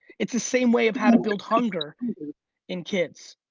it's the same way of how to build hunger in kids.